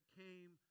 came